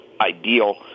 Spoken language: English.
ideal